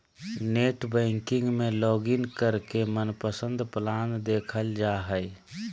net banking में login करके मनपसंद प्लान देखल जा हय